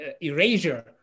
erasure